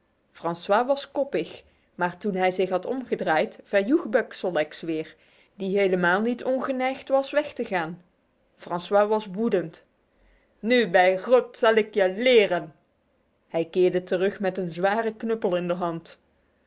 francois was koppig maar toen hij zich had omgedraaid verjoeg buck sol leks weer die helemaal niet ongeneigd was weg te gaan francois was woedend nu bij god zal ik je leren hij keerde terug met een zware knuppel in de hand